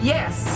Yes